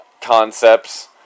Concepts